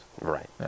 Right